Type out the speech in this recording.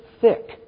thick